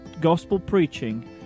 gospel-preaching